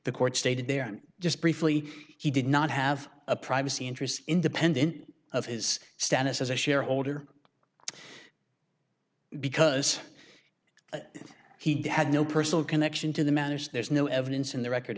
the court stated there just briefly he did not have a privacy interest independent of his status as a shareholder because he had no personal connection to the mannish there's no evidence in the record